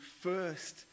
first